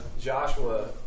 Joshua